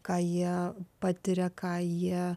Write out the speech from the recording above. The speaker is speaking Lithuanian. ką jie patiria ką jie